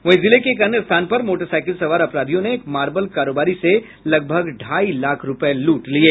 वहीं जिले के एक अन्य स्थान पर मोटरसाईकिल सवार अपराधियों ने एक मार्बल कारोबारी से लगभग ढ़ाई लाख रूपये लूट लिये